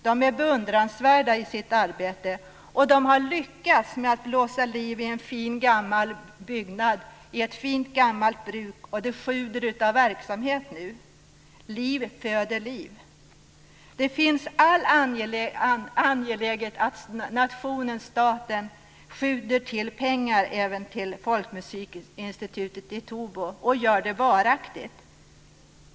De är beundransvärda i sitt arbete, och de har lyckats med att blåsa liv i en fin gammal byggnad i ett fint gammalt bruk, och det sjuder av verksamhet nu. Liv föder liv. Det är angeläget att nationen, staten, skjuter till pengar även till folkmusikinstitutet i Tobo och gör det varaktigt.